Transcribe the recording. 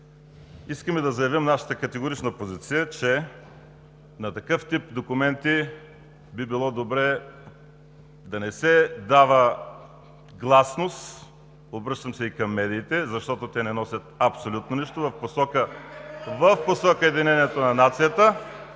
искаме да заявим нашата категорична позиция, че на такъв тип документи би било добре да не се дава гласност. Обръщам се и към медиите, защото те не носят абсолютно нищо (реплики от „БСП за България“)